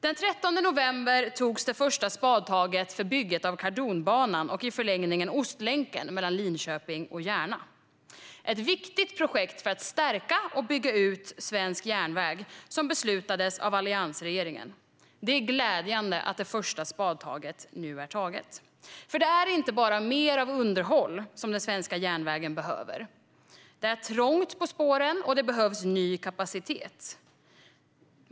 Den 13 november togs det första spadtaget för bygget av Kardonbanan och i förlängningen Ostlänken mellan Linköping och Järna - ett viktigt projekt för att stärka och bygga ut svensk järnväg, som beslutades av alliansregeringen. Det är glädjande att första spadtaget nu är taget! Det är inte bara mer av underhåll som den svenska järnvägen behöver. Det är trångt på spåren, och det behövs ny kapacitet.